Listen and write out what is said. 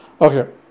Okay